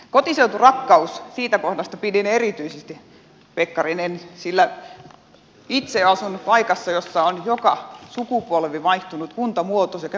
kotiseuturakkaus siitä kohdasta pidin erityisesti pekkarinen sillä itse asun paikassa jossa on joka sukupolvi vaihtunut kuntamuoto sekä kunnan nimi